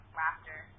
laughter